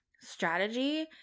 strategy